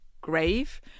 grave